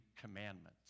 commandments